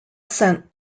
sent